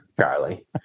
Charlie